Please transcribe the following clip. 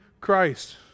Christ